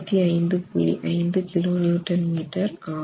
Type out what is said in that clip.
5 kNm ஆகும்